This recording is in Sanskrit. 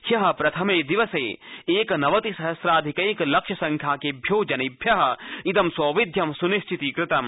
ह्य प्रथमे दिवसे एकनवति सहम्राथिकैकलक्षसख्याकेभ्यो जनेभ्य इदं सौविध्यं सुनिश्चितीकृतम्